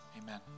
Amen